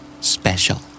Special